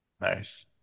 Nice